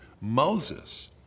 Moses